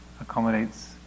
accommodates